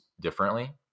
differently